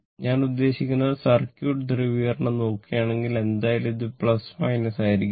ഞാൻ ഉദ്ദേശിക്കുന്നത് സർക്യൂട്ട് ധ്രുവീകരണം നോക്കുകയാണെങ്കിൽ എന്തായാലും ഇത് ആയിരിക്കും